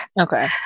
Okay